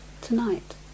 tonight